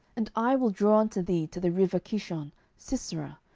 and i will draw unto thee to the river kishon sisera,